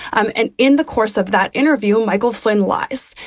and and in the course of that interview, michael flynn lies.